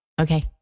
okay